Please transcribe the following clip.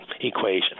equation